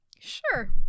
sure